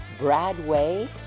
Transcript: Bradway